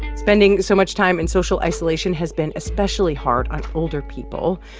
and spending so much time in social isolation has been especially hard on older people.